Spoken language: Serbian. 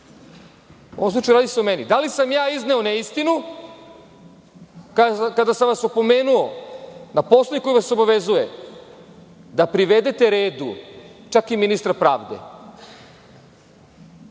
se radi o meni, da li sam ja izneo neistinu kada sam vas opomenuo na Poslovnik koji vas obavezuje da privedete redu čak i ministra pravde,